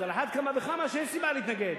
אז על אחת כמה וכמה שאין סיבה להתנגד.